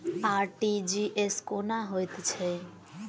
RTGS कोना होइत छै?